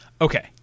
Okay